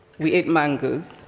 we ate mangoes,